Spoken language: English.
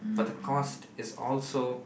but the cost is also